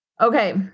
Okay